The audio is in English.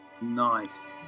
Nice